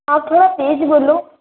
आप थोड़ा तेज़ बोलो